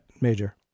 Major